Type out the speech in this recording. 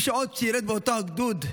מי שעוד שירת באותו גדוד,